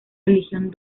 religión